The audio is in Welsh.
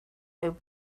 mewn